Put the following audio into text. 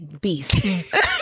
beast